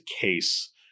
case